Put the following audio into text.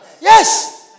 Yes